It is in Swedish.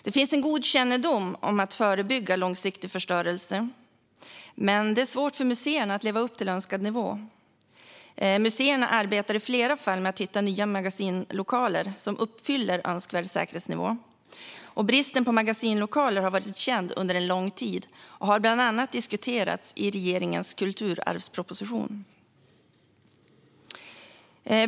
Det finns en god kännedom om att förebygga långsiktig förstörelse, men det är svårt för museerna att leva upp till önskad nivå. Museerna arbetar i flera fall med att hitta nya magasinslokaler som uppfyller önskvärd säkerhetsnivå. Bristen på magasinslokaler har varit känd under lång tid och har bland annat diskuterats i regeringens kulturarvsproposition.